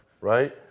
right